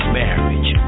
marriage